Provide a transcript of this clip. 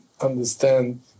understand